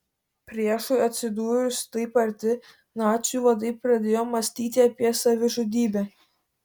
priešui atsidūrus taip arti nacių vadai pradėjo mąstyti apie savižudybę